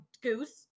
goose